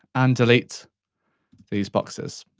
and delete these boxes.